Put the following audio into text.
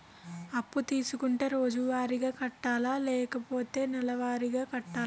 అప్పు తీసుకుంటే రోజువారిగా కట్టాలా? లేకపోతే నెలవారీగా కట్టాలా?